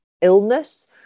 illness